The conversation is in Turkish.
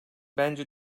bence